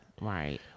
right